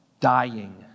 dying